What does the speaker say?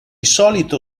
solito